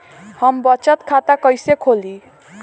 हम बचत खाता कइसे खोलीं?